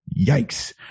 yikes